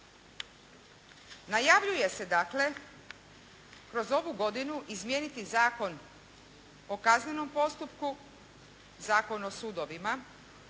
najavljuje se dakle kroz ovu godinu izmijeniti Zakon o kaznenom postupku, Zakon o sudovima